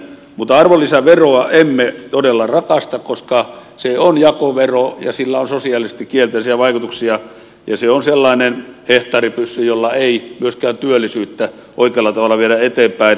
mutta arvonlisäveroa emme todella rakasta koska se on jakovero ja sillä on sosiaalisesti kielteisiä vaikutuksia ja se on sellainen hehtaaripyssy jolla ei myöskään työllisyyttä oikealla tavalla viedä eteenpäin